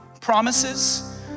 promises